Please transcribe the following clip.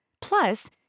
Plus